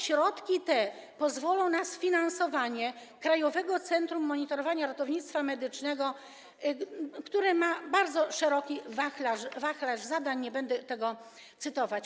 Środki te pozwolą na sfinansowanie Krajowego Centrum Monitorowania Ratownictwa Medycznego, które ma bardzo szeroki wachlarz zadań, nie będę tego cytować.